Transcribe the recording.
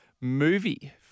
movie